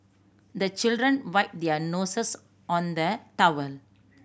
the children wipe their noses on the towel